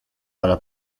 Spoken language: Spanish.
para